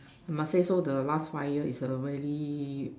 must say so the last fire is really